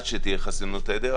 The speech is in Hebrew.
עד שתהיה חסינות עדר,